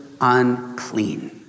unclean